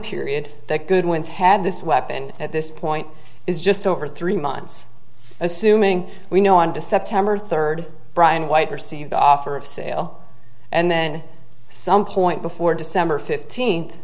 period that goodwin's had this weapon at this point is just over three months assuming we know and to september third brian white received the offer of sale and then some point before december fifteenth